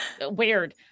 weird